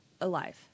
Alive